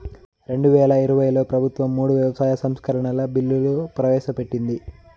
రెండువేల ఇరవైలో ప్రభుత్వం మూడు వ్యవసాయ సంస్కరణల బిల్లులు ప్రవేశపెట్టింది